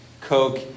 Coke